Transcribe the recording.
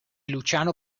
luciano